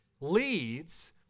leads